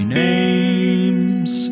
names